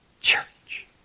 church